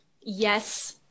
yes